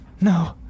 No